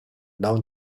known